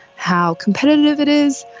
how competitive it is.